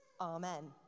Amen